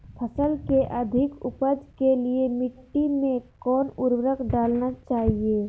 फसल के अधिक उपज के लिए मिट्टी मे कौन उर्वरक डलना चाइए?